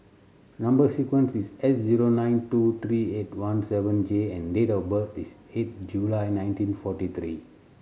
number sequence is S zero nine two three eight one seven J and date of birth is eight July nineteen forty three